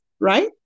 Right